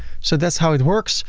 so that's how it works.